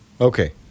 Okay